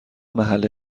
محل